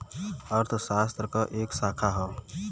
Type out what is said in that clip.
अर्थशास्त्र क एक शाखा हौ